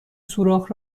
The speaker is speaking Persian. سوراخ